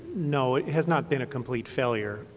no, it has not been a complete failure,